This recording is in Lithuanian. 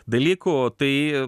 dalykų tai